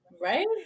right